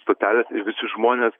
stotelės ir visi žmonės